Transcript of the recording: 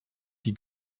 die